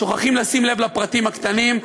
שוכחים לשים לב לפרטים הקטנים,